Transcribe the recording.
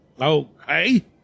Okay